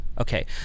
okay